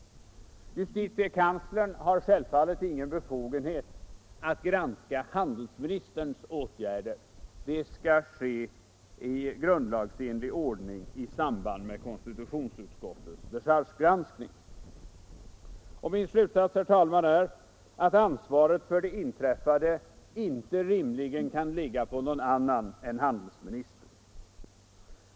JK har självfallet ingen befogenhet att granska handelsministerns åtgärder — det skall ske i grundlagsenlig ordning i samband med konstitutionsutskottets dechargegranskning. terare Min slutsats är att ansvaret för det inträffade inte rimligen kan ligga på någon annan än handelsministern.